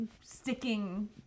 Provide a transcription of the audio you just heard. sticking